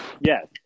Yes